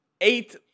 eight